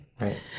Right